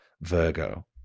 Virgo